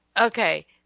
Okay